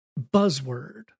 buzzword